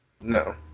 No